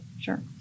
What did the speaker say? sure